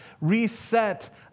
reset